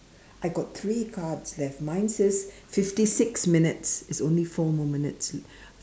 I got three cards left mine says fifty six minutes is only four more minutes since